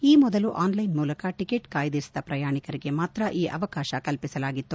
ಈ ಮೊದಲು ಆನ್ಲೈನ್ ಮೂಲಕ ಟಿಕೆಟ್ ಕಾಯ್ದಿರಿಸಿದ ಪ್ರಯಾಣಿಕರಿಗೆ ಮಾತ್ರ ಈ ಅವಕಾಶ ಕಲ್ಪಸಲಾಗಿತ್ತು